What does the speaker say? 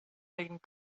making